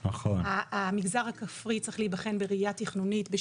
המגזר הכפרי צריך להיבחן בראייה תכנונית,